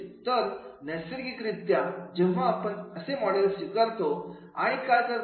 तर नैसर्गिक रित्या जेव्हा आपण असे मॉडेल स्वीकारतो आणि काय करतो